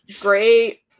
Great